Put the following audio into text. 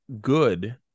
good